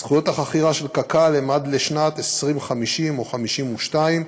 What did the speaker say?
זכויות החכירה של קק"ל הן עד לשנת 2050 או 2052,